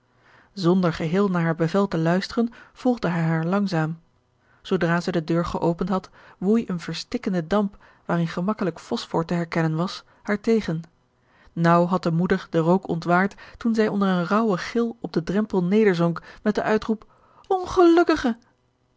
zonder geheel naar haar bevel te luisteren volgde hij haar langzaam zoodra zij de deur geopend had woei een verstikkende damp waarin gemakkelijk phosphor te herkennen was haar tegen naauw had de moeder den rook ontwaard toen zij onder een raauwen gil op den drempel nederzonk met den uitroep ongelukkige